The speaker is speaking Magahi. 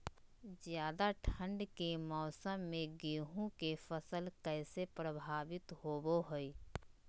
ज्यादा ठंड के मौसम में गेहूं के फसल कैसे प्रभावित होबो हय?